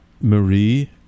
Marie